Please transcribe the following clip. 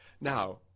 Now